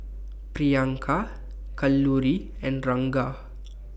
Priyanka Kalluri and Ranga